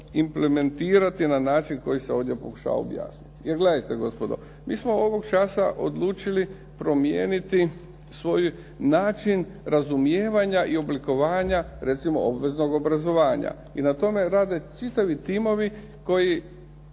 implementirati na način koji se ovdje pokušava objasniti. Jer gledajte gospodo, mi smo ovog časa odlučili promijeniti svoj način razumijevanja i oblikovanja recimo obveznog obrazovanja i na tome rade čitavi timovi koji